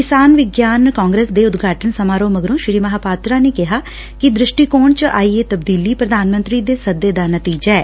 ਕਿਸਾਨ ਵਿਗਿਆਨ ਕਾਂਗਰਸ ਦੇ ਉਦਘਾਟਨ ਸਮਾਰੋਹ ਮਗਰੋਂ ਸ੍ਰੀ ਮਹਾਪਾਤਰਾ ਨੇ ਕਿਹਾ ਕਿ ਦ੍ਰਿਸ਼ਟੀਕੋਣ ਚ ਆਈ ਇਹ ਤਬਦੀਲੀ ਪ੍ਰਧਾਨ ਮੰਤਰੀ ਦੇ ਸੱਦੇ ਦਾ ਨਤੀਜਾ ਐ